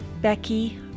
Becky